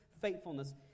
faithfulness